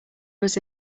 was